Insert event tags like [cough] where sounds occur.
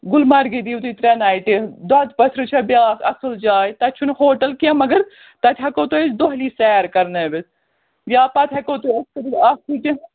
گُلمرگ دِیو تُہۍ ترٛےٚ نایٹہِ دۄدٕ پٔتھرِ چھَ بیٛاکھ اَصٕل جاے تَتہِ چھُ نہٕ ہوٹل کیٚنٛہہ مگر تَتہِ ہٮ۪کو تُہۍ أسۍ دۅہلی سیر کَرنٲوِتھ یا پَتہٕ ہیٚکِو تُہۍ أسۍ کٔرِتھ اکھ [unintelligible]